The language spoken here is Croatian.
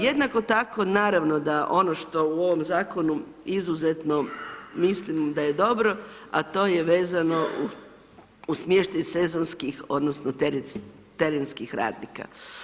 Jednako tako naravno da ovo što u ovom zakonu izuzetno mislim da je dobro, a to je vezano uz smještaj sezonskih odnosno terenskih radnika.